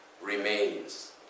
remains